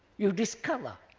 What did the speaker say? you discover,